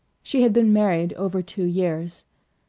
she had been married over two years.